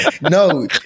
No